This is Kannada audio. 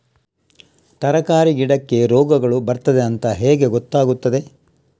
ತರಕಾರಿ ಗಿಡಕ್ಕೆ ರೋಗಗಳು ಬರ್ತದೆ ಅಂತ ಹೇಗೆ ಗೊತ್ತಾಗುತ್ತದೆ?